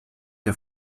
der